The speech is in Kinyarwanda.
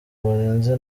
barenze